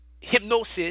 hypnosis